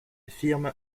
firme